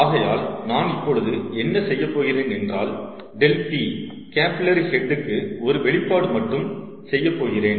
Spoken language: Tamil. ஆகையால் நான் இப்பொழுது என்ன செய்யப் போகிறேன் என்றால் ∆P கேபில்லரி ஹெட் க்கு ஒரு வெளிப்பாடு மட்டும் செய்யப் போகிறேன்